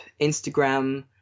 Instagram